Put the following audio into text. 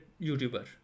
YouTuber